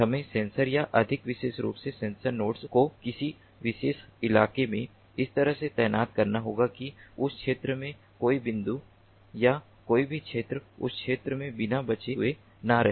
हमें सेंसर या अधिक विशेष रूप से सेंसर नोड्स को किसी विशेष इलाके में इस तरह से तैनात करना होगा कि उस क्षेत्र में कोई बिंदु या कोई भी क्षेत्र उस क्षेत्र में बिना बचे हुए न रहे